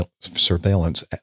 surveillance